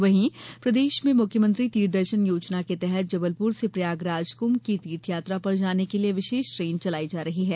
वहीं प्रदेश में मुख्यमंत्री तीर्थ दर्शन योजना के तहत जबलपुर से प्रयागराज कुंभ की तीर्थ यात्रा पर जाने के लिये विशेष ट्रेन चलाई जा रही है